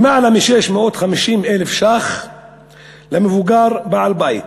למעלה מ-650,000 שקלים למבוגר בעל בית.